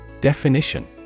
Definition